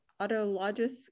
autologous